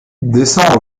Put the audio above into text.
descends